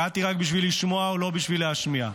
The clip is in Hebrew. הגעתי רק בשביל לשמוע, לא בשביל להשמיע.